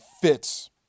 fits